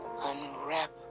Unwrap